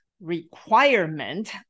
requirement